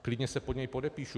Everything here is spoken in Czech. Klidně se pod něj podepíšu.